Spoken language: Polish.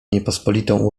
niepospolitą